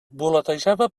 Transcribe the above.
voletejava